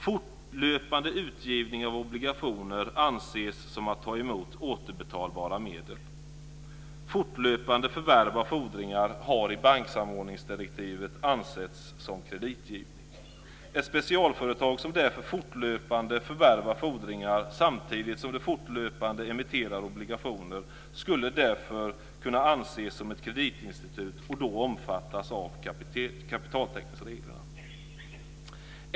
Fortlöpande utgivning av obligationer anses som att ta emot återbetalbara medel. Fortlöpande förvärv av fordringar har i banksamordningsdirektivet ansetts som kreditgivning. Ett specialföretag som därför fortlöpande förvärvar fordringar samtidigt som det fortlöpande emitterar obligationer skulle därför kunna anses som ett kreditinstitut och då omfattas av kapitaltäckningsreglerna.